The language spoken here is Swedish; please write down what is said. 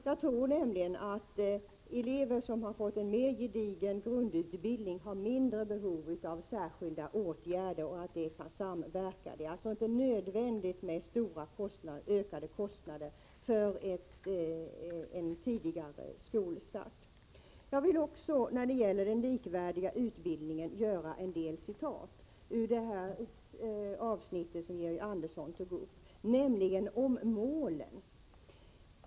Jag tror nämligen att elever som har fått en mer gedigen grundutbildning har mindre behov av särskilda åtgärder och att detta kan samverka. Det är alltså inte nödvändigt med ökade kostnader för en tidigare skolstart. Jag vill också när det gäller den likvärdiga utbildningen hänvisa till det avsnitt som Georg Andersson tog upp, nämligen om målen.